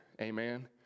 Amen